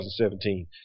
2017